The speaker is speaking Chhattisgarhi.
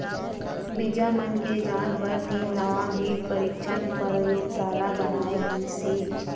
बीजा मन के जांच बर तीन नवा बीज परीक्छन परयोगसाला बनाए गिस हे